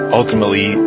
ultimately